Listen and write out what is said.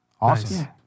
awesome